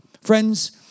Friends